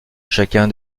chacun